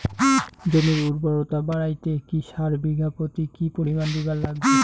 জমির উর্বরতা বাড়াইতে কি সার বিঘা প্রতি কি পরিমাণে দিবার লাগবে?